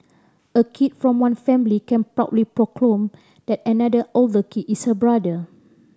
a kid from one family can proudly proclaim that another older kid is her brother